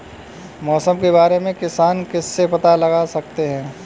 मौसम के बारे में किसान किससे पता लगा सकते हैं?